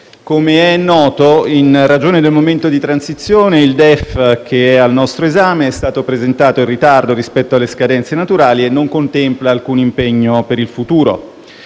com'è noto, in ragione del momento di transizione, il DEF che è al nostro esame è stato presentato in ritardo rispetto alle scadenze naturali e non contempla alcun impegno per il futuro,